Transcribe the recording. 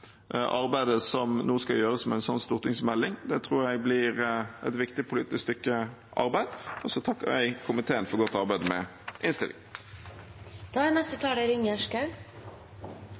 arbeidet som nå skal gjøres med en slik stortingsmelding. Det tror jeg blir et viktig politisk stykke arbeid. Jeg takker komiteen for godt arbeid med